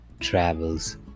travels